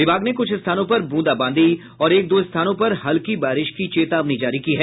विभाग ने कुछ स्थानों पर बूंदाबांदी और एक दो स्थानों पर हल्की बारिश की चेतावनी जारी की है